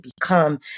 become